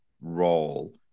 role